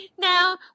Now